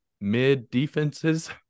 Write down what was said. mid-defenses